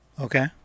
okay